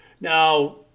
Now